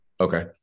Okay